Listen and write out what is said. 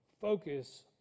focus